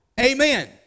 Amen